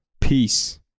Peace